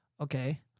okay